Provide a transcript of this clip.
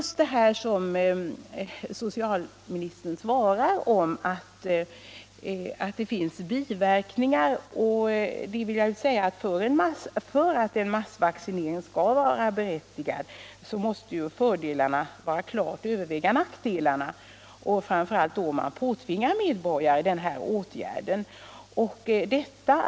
Socialministern säger att det finns biverkningar. För att en massvaccination skall vara berättigad måste fördelarna klart överväga nackdelarna - framför allt om åtgärden påtvingas medborgarna.